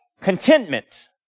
contentment